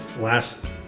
Last